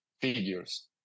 figures